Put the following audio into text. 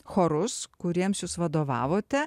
chorus kuriems jūs vadovavote